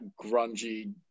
grungy